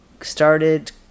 started